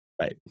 Right